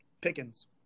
Pickens